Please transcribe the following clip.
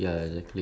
ya